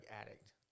addict